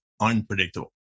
unpredictable